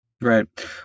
Right